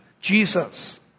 Jesus